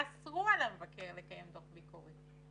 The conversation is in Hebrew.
אסרו על המבקר לקיים דוח ביקורת.